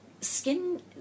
skin